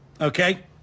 Okay